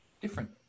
different